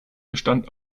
bestand